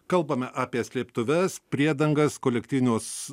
kalbame apie slėptuves priedangas kolektyvinius